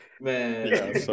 Man